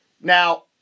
Now